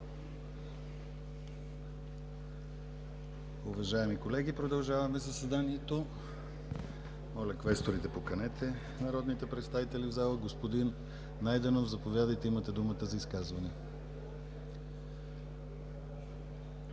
Уважаеми колеги, продължаваме заседанието. Моля, квесторите, поканете народните представители в залата. Господин Найденов, заповядайте, имате думата за изказване.